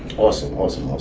awesome. awesome. awesome.